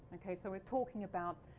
okay so we're talking about